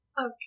Okay